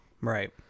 right